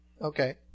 Okay